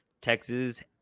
Texas